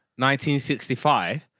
1965